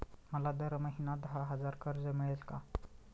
मला दर महिना दहा हजार कर्ज मिळेल का?